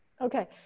Okay